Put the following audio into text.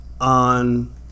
on